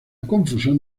confusión